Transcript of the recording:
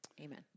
Amen